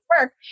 work